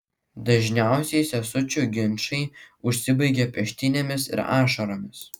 dažniausiai sesučių ginčai užsibaigia peštynėmis ir ašaromis